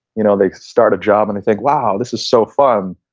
you know they start a job and they think, wow. this is so fun.